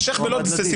הועמד לדין.